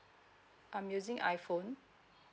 I'm using iphone